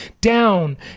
down